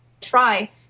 try